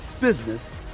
business